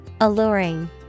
alluring